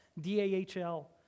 D-A-H-L